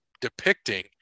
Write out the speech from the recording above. depicting